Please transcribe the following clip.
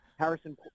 Harrison